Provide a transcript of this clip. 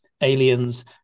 aliens